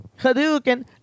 Hadouken